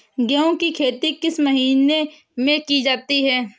गेहूँ की खेती किस मौसम में की जाती है?